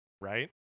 right